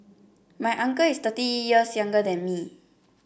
my uncle is thirty years younger than me